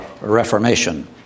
Reformation